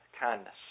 kindness